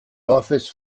office